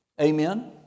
Amen